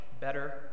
better